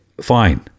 fine